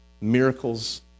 miracles